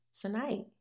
tonight